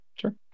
Sure